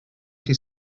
chi